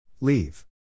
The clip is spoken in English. Leave